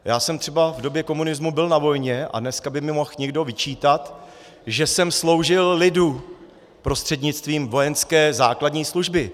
Já jsem třeba v době komunismu byl na vojně a dneska by mi mohl někdo vyčítat, že jsem sloužil lidu prostřednictvím vojenské základní služby.